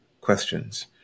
questions